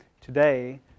today